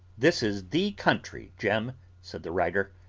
this is the country, jem said the writer.